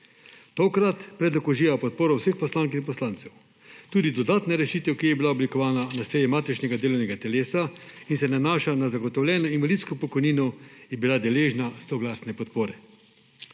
Tokrat predlog uživa podporo vseh poslank in poslancev. Tudi dodatna rešitev, ki je bila oblikovana na seji matičnega delovnega telesa in se nanaša na zagotovljeno invalidsko pokojnino, je bila deležna soglasne podpore.